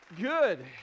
good